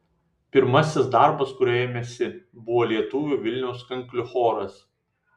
pirmasis darbas kurio ėmėsi buvo lietuvių vilniaus kanklių choras